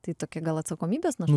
tai tokia gal atsakomybės našta